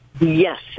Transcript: Yes